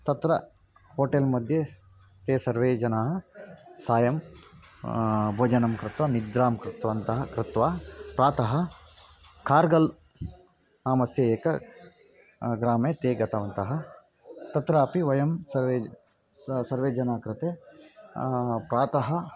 तत्र होटेल् मध्ये ते सर्वे जनाः सायं भोजनं कृत्वा निद्रां कृतवन्तः कृत्वा प्रातः कार्गल् नामस्य एकं ग्रामे ते गतवन्तः तत्रापि वयं सर्वे सर्वे जनानां कृते प्रातः